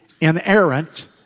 inerrant